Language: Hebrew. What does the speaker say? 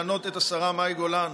למנות את השרה מאי גולן